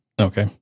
Okay